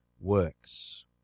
works